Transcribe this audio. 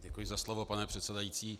Děkuji za slovo, pane předsedající.